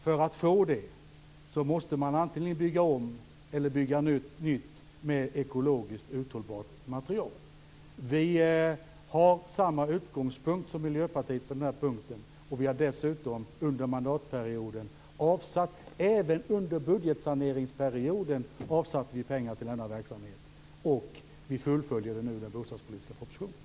För att få det måste man antingen bygga om eller bygga nytt med ekologiskt hållbart material. Vi har samma utgångspunkt som Miljöpartiet. Vi har dessutom under perioden med budgetsanering avsatt pengar till den verksamheten. Detta fullföljs i bostadspolitiska propositionen.